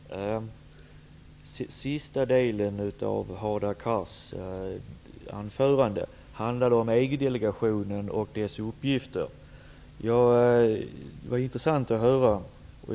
Herr talman! Sista delen av Hadar Cars anförande handlade om EG-delegationen och dess uppgifter. Det var intressant att höra.